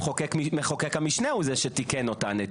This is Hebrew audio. כנראה שמתישהו מחוקק המשנה הוא זה שתיקן אותן,